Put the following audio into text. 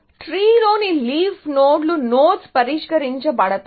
tree లోని leaf నోడ్లు nodes పరిష్కరించబడతాయి